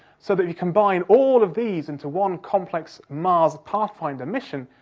so that you combine all of these into one complex mars pathfinder mission,